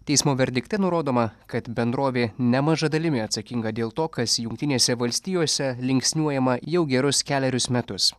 teismo verdikte nurodoma kad bendrovė nemaža dalimi atsakinga dėl to kas jungtinėse valstijose linksniuojama jau gerus kelerius metus